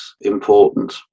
important